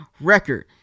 record